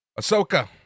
Ahsoka